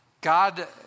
God